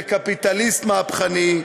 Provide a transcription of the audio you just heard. וקפיטליסט מהפכני.